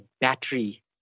battery